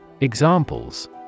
Examples